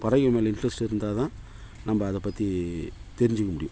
பறவைகள் மேலே இன்ட்ரஸ்ட் இருந்தால்தான் நம்ம அதைப் பற்றி தெரிஞ்சுக்க முடியும்